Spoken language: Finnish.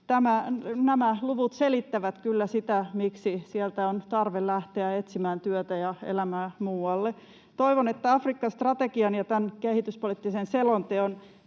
Nämä luvut selittävät kyllä sitä, miksi sieltä on tarve lähteä etsimään työtä ja elämää muualle. Toivon, että Afrikka-strategia ja tämä kehityspoliittinen selonteko